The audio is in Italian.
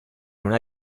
una